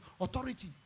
authority